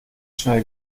schnell